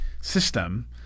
system